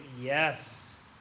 yes